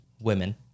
women